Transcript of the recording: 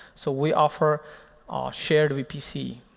so we offer shared vpc.